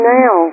now